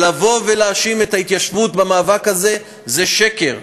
אבל לבוא ולהאשים את ההתיישבות במאבק הזה זה שקר.